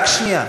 רק שנייה.